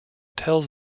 tells